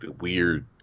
weird